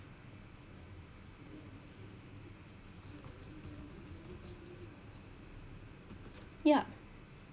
yup